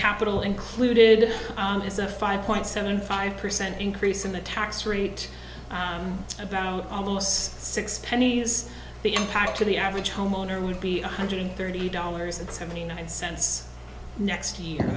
capital included is a five point seven five percent increase in the tax rate about almost six pennies the impact to the average homeowner would be one hundred thirty dollars and seventy nine cents next year